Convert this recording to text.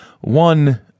one